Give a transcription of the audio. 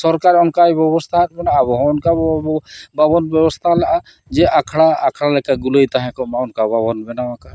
ᱥᱚᱨᱠᱟᱨ ᱚᱱᱠᱟᱭ ᱵᱮᱵᱚᱥᱛᱷᱟ ᱟᱜ ᱵᱚᱱᱟ ᱟᱵᱚ ᱦᱚᱸ ᱚᱱᱠᱟ ᱵᱟᱵᱚ ᱵᱮᱵᱚᱥᱛᱷᱟ ᱞᱮᱫᱼᱟ ᱡᱮ ᱟᱠᱷᱲᱟ ᱟᱠᱷᱲᱟ ᱞᱮᱠᱟ ᱜᱩᱞᱟᱹᱭ ᱛᱟᱦᱮᱸ ᱠᱚᱜ ᱢᱟ ᱚᱱᱠᱟ ᱵᱟᱵᱚᱱ ᱵᱮᱱᱟᱣ ᱟᱠᱟᱫᱟ